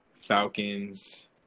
Falcons